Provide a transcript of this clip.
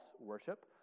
worship